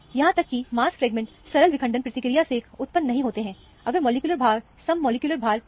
यहां तक कि मांस फ्रेगमेंट सरल विखंडन प्रक्रिया से उत्पन्न नहीं होते हैं अगर मॉलिक्यूलर भार सम मॉलिक्यूलर भार है